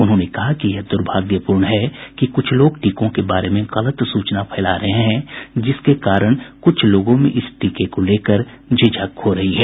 उन्होंने कहा कि यह दुर्भाग्यपूर्ण है कि कुछ लोग टीकों के बारे में गलत सूचना फैला रहे हैं जिसकी वजह से कुछ लोगों में इस टीके को लेकर झिझक हो रही है